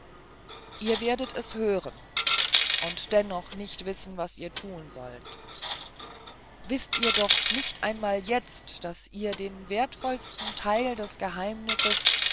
ihr werdet es hören und dennoch nicht wissen was ihr tun sollt wißt ihr doch nicht einmal jetzt daß ihr den wertvollsten teil der geheimnisse